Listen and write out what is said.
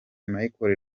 michelle